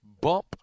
bump